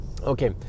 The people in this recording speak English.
Okay